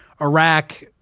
Iraq